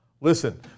listen